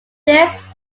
this